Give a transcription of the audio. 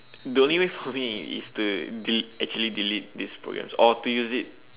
the only way for me is to delete actually delete these programs or to use it